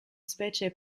specie